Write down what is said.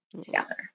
together